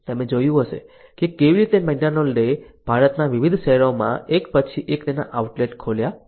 તમે જોયું હશે કે કેવી રીતે મેકડોનાલ્ડે ભારતના વિવિધ શહેરોમાં એક પછી એક તેના આઉટલેટ ખોલ્યા